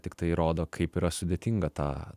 tiktai rodo kaip yra sudėtinga tą